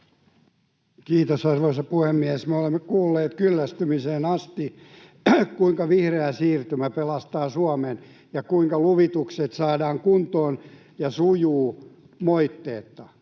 Kiitos, arvoisa puhemies! Me olemme kuulleet kyllästymiseen asti, kuinka vihreä siirtymä pelastaa Suomen ja kuinka luvitukset saadaan kuntoon ja sujuvat moitteetta.